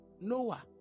Noah